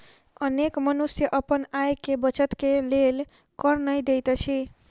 अनेक मनुष्य अपन आय के बचत के लेल कर नै दैत अछि